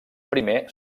primer